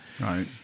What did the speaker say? Right